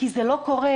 כי זה לא קורה,